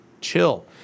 chill